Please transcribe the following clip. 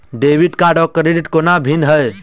Debit card आ credit कोना भिन्न है?